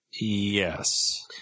Yes